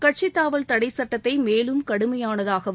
கட்சிதாவல் தடை சட்டத்தை மேலும் கடுமையானதாகவும்